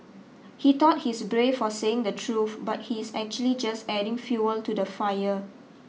he thought he's brave for saying the truth but he's actually just adding fuel to the fire